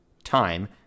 time